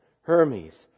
Hermes